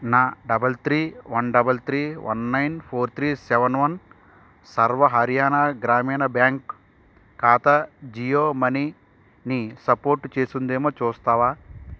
నా double three one double three one nine four three seven one Sarva Haryana Gramin bank ఖాతా జియో మనీని support చేస్తుందేమో చూస్తావా